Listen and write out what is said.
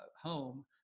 home